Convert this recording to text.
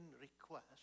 request